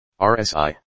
RSI